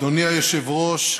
אדוני היושב-ראש,